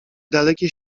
dalekie